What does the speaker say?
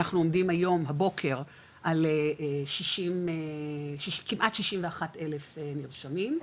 אנחנו עומדים הבוקר על כמעט 61 אלף נרשמים,